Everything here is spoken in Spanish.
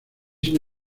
sin